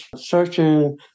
searching